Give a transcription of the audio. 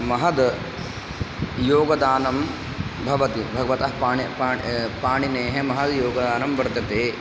महद् योगदानं भवति भगवतः पाणि पाण् पाणिनेः महद् योगदानं वर्तते